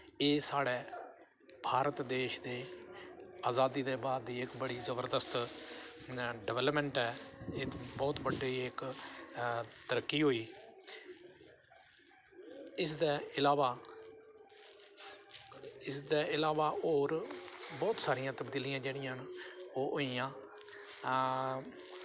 एह् साढ़े भारत देश दे अज़ादी दे बाद दी इक बड़ी जबरदस्त डवैलपमैंट ऐ एह् बोह्त बड्डी इक तरक्की होई इसदे अलावा इसदे अलावा होर बोह्त सारियां तबदीलियां जेह्ड़ियां न ओह् होइयां